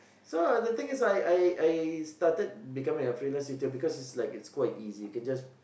so the thing is I I I started becoming a freelance tutor because its like it's quite easy can just